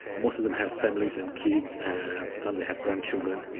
most of them have families and kids and sometimes they have grandchildren, y'know?